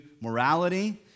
morality